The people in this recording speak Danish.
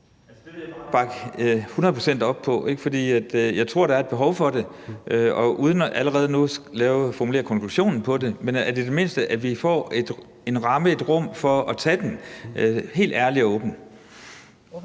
Det vil jeg bakke hundrede procent op om, for jeg tror, der er behov for det. Og uden allerede nu at formulere konklusionen på det får vi i det mindste en ramme, et rum til at tage diskussionen helt ærligt og åbent.